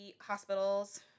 hospitals